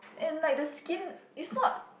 and like the skin is not